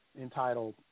entitled